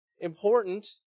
important